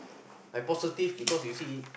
like positive cause you see